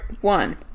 one